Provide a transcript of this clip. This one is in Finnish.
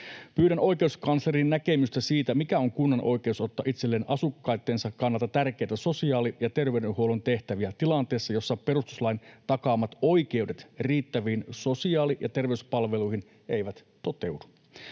Pyydän oikeuskanslerin näkemystä siitä, mikä on kunnan oikeus ottaa itselleen asukkaittensa kannalta tärkeitä sosiaali- ja terveydenhuollon tehtäviä tilanteessa, jossa perustuslain takaamat oikeudet riittäviin sosiaali- ja terveyspalveluihin eivät toteudu.